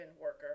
worker